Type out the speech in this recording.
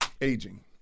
aging